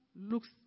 looks